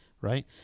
right